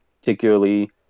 particularly